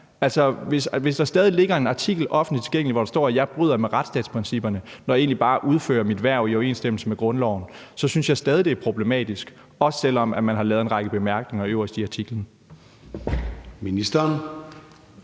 Hvis der stadig ligger en artikel offentligt tilgængelig, hvor der står, at jeg bryder med retsstatsprincipperne, når jeg egentlig bare udfører mit hverv i overensstemmelse med grundloven, synes jeg stadig, det er problematisk, også selv om man har lavet en række bemærkninger øverst i artiklen.